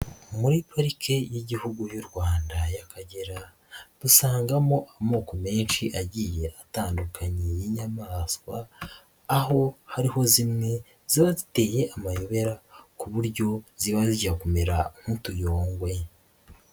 Muri pariki y'Igihugu y'u Rwanda y'Akagera dusangamo amoko menshi agiye atandukanye y'inyamaswa aho hariho zimwe ziba ziteye amayobera ku buryo ziba zijya kumera nk'utuyongwe.